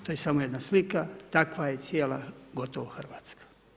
To je samo jedna slika, takva je cijela gotovo Hrvatska.